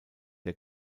der